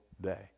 day